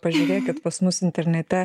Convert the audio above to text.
pažiūrėkit pas mus internete